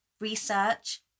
research